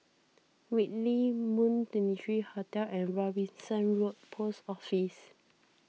Whitley Moon twenty three Hotel and Robinson Road Post Office